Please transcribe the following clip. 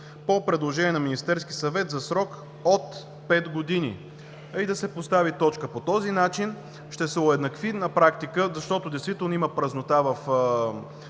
по предложение на Министерския съвет за срок от пет години“ и да се постави точка. По този начин ще се уеднакви на практика, защото наистина има празнота в